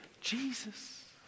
Jesus